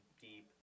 deep